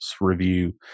review